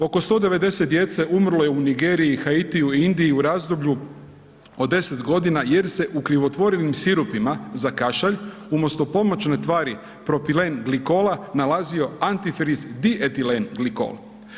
Oko 190 djece umro je u Nigeriji, Haitiju i Indiji u razdoblju od 10 godina jer se u krivotvorenim sirupima za kašalj umjesto pomoćne tvari propilen-glikola, nalazio antifriz bietilen-glikol.